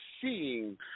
seeing